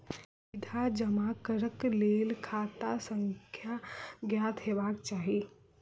सीधे जमा करैक लेल खाता संख्या ज्ञात हेबाक चाही